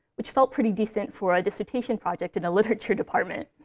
which felt pretty decent for a dissertation project in a literature department.